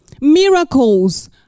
Miracles